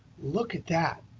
look at that.